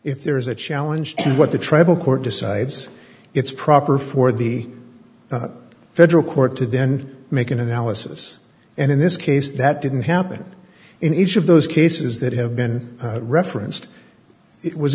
if there is a challenge to what the tribal court decides it's proper for the federal court to then make an analysis and in this case that didn't happen in each of those cases that have been referenced it was